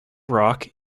rock